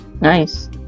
Nice